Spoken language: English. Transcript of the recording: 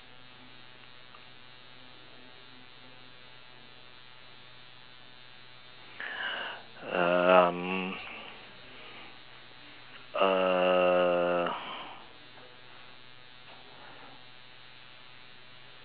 um err